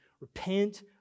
Repent